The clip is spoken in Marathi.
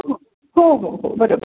हो हो हो बरोबर